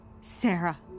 Sarah